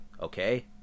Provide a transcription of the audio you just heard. okay